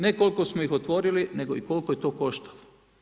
Ne koliko smo ih otvorili, nego i koliko je to koštalo.